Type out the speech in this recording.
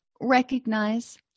recognize